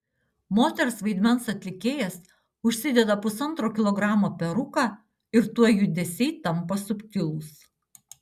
moters vaidmens atlikėjas užsideda pusantro kilogramo peruką ir tuoj judesiai tampa subtilūs